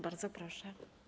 Bardzo proszę.